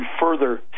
further